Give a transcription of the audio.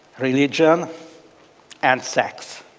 religion and sex.